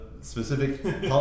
specific